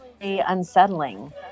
unsettling